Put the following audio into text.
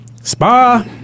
Spa